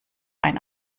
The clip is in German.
ein